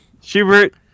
Schubert